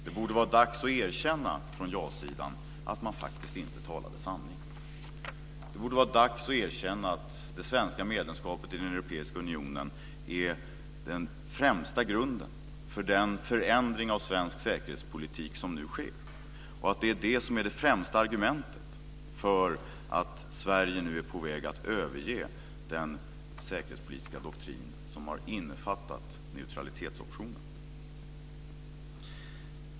Det borde vara dags att erkänna från ja-sidan att man faktiskt inte talade sanning. Det borde vara dags att erkänna att det svenska medlemskapet i den europeiska unionen är den främsta grunden för den förändring av svensk säkerhetspolitik som nu sker. Det är detta som är det främsta argumentet för att Sverige nu är på väg att överge den säkerhetspolitiska doktrin som har innefattat neutralitetsoptionen.